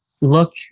look